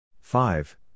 five